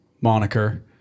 moniker